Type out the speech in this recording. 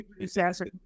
disaster